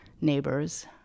neighbors